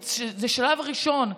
זה שלב ראשון.